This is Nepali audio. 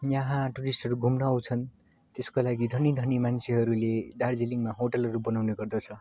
यहाँ टुरिस्टहरू घुम्न आउँछन् त्यसको लागि धनी धनी मान्छेहरूले दार्जिलिङमा होटलहरू बनाउने गर्दछ